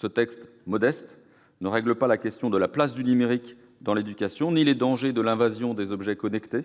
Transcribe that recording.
Ce texte modeste ne règle ni la question de la place du numérique dans l'éducation ni celle des dangers de l'invasion des objets connectés